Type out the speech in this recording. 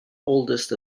oldest